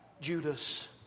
Judas